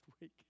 week